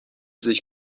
sich